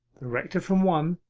the rector from one,